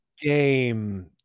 game